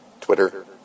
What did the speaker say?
Twitter